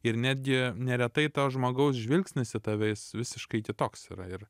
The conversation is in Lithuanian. ir netgi neretai to žmogaus žvilgsnis į tave jis visiškai kitoks yra ir